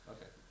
Okay